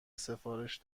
سفارش